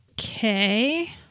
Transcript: Okay